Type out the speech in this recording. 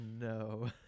no